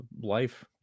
Life